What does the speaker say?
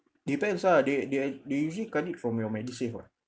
depends lah they they they usually cut it from your medisave [what]